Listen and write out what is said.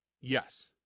Yes